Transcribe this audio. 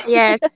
Yes